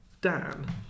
Dan